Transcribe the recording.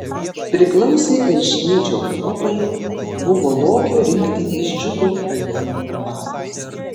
priklausė erškėčio kuopai buvo lokio rinktinės džiugo rajono vadas